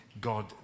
God